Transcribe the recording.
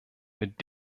mit